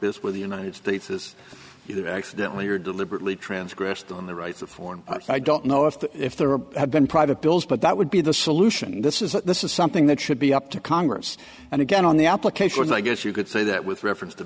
this where the united states has either accidentally or deliberately transgressed on the rights of foreign parts i don't know if that if there were had been private bills but that would be the solution this is that this is something that should be up to congress and again on the application i guess you could say that with reference to